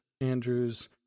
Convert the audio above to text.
Andrews